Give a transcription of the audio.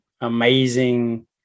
amazing